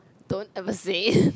don't ever say it